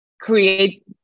create